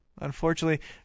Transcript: Unfortunately